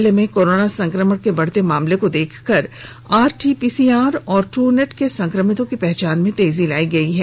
जिले में कोरोना संक्रमण के बढ़ते मामले को देखकर आरटी पीसीआर और ट्रूनेट से संक्रमितों की पहचान में तेजी लाई गई है